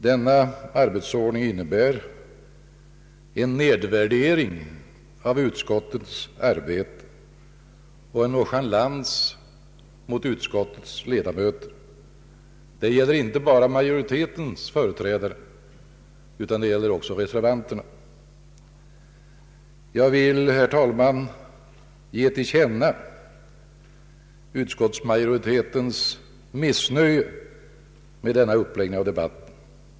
Denna arbetsordning innebär en nedvärdering av utskottets arbete och en nonchalans mot utskottets ledamöter. Detta gäller inte bara majoritetens företrädare utan också reservanterna. Jag vill, herr talman, ge till känna utskottsmajoritetens missnöje med denna uppläggning av debatten.